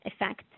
effect